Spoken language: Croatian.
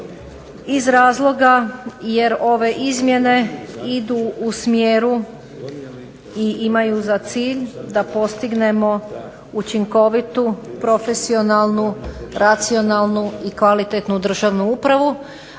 iz razloga jer ove izmjene idu u smjeru i imaju za cilj da postignemo učinkovitu, profesionalnu, racionalnu i kvalitetnu državnu upravu,